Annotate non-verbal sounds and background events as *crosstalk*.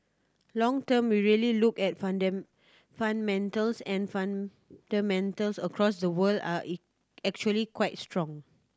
long term we really look at *unintelligible* fundamentals and fundamentals across the world are *unintelligible* actually quite strong